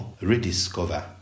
rediscover